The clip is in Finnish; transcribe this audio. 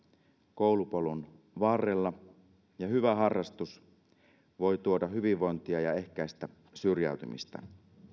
koulupolun varrella ja hyvä harrastus voi tuoda hyvinvointia ja ehkäistä syrjäytymistä